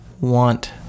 want